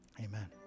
Amen